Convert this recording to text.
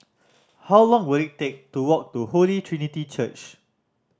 how long will it take to walk to Holy Trinity Church